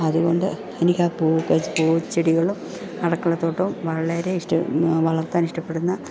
അതുകൊണ്ട് എനിക്ക് ആ പൂക്കളും പൂച്ചെടികളും അടുക്കളത്തോട്ടവും വളരെയിഷ്ടം വളർത്താൻ ഇഷ്ടപ്പെടുന്ന